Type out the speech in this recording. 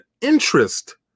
interest